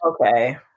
okay